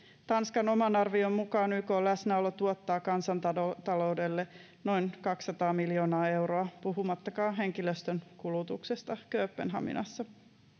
tanskan oman arvion mukaan ykn läsnäolo tuottaa kansantaloudelle noin kaksisataa miljoonaa euroa puhumattakaan henkilöstön kulutuksesta kööpenhaminassa